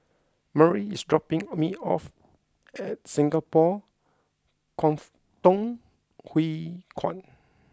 Marlie is dropping me off at Singapore Kwangtung Hui Kuan